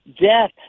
death